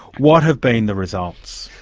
what have been the results?